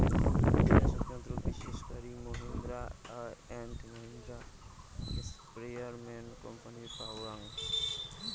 কীটনাশক যন্ত্র বিশেষ করি মাহিন্দ্রা অ্যান্ড মাহিন্দ্রা, স্প্রেয়ারম্যান কোম্পানির পাওয়াং